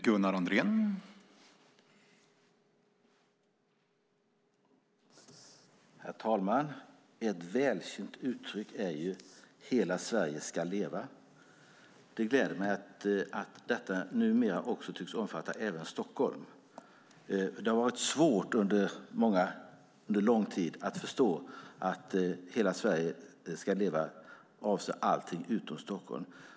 Herr talman! Ett välkänt uttryck är att hela Sverige ska leva. Det gläder mig att detta numera också tycks omfatta Stockholm. Det har under lång tid varit svårt att förstå att uttrycket Hela Sverige ska leva avser allt utom Stockholm.